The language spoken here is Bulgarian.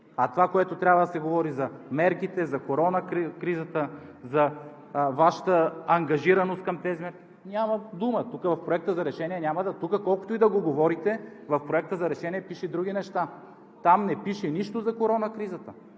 А това, което трябва да се говори за мерките, за корона кризата, за Вашата ангажираност към тези неща, няма дума тук в Проекта за решение. Тук, колкото и да го говорите, в Проекта за решение пише други неща. Там не пише нищо за корона кризата,